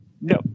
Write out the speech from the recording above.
No